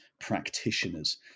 practitioners